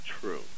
true